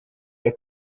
der